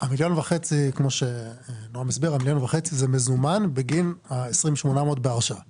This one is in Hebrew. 1.5 מיליון שקל זה מזומן בגין ה-20.8 מיליון שקל בהרשאה להתחייב.